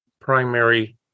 primary